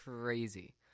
crazy